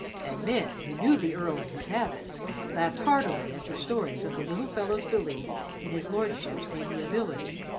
and men who knew the earl and his habits laughed heartily at the stories of the little fellow's belief in his lordship's amiability.